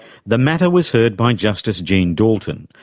the matter was heard by justice jean dalton,